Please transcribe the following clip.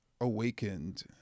awakened